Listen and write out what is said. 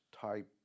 type